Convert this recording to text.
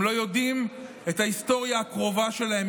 הם לא יודעים את ההיסטוריה הקרובה שלהם,